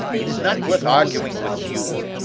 it is not worth arguing with you.